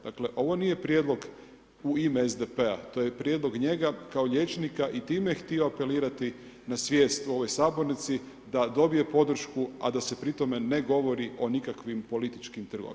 Dakle, ovo nije prijedlog u ime SDP-a, to je prijedlog njega kao liječnika i time je htio apelirati na svijest u ovoj sabornici, da dobije podršku, a da se pri tome ne govori o nikakvim političkim trgovinama.